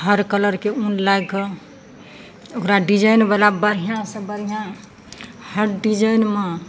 हर कलरके ऊन लए कऽ ओकरा डिजाइनवला बढ़िआँसँ बढ़िआँ हर डिजाइनमे